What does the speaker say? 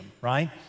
right